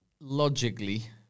logically